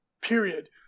period